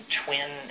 twin